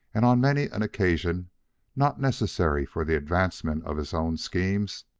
and on many an occasion not necessary for the advancement of his own schemes,